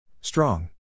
Strong